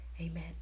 amen